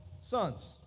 sons